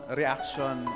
reaction